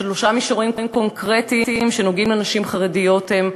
שלושה מישורים קונקרטיים שנוגעים לנשים חרדיות הם: